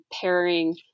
pairing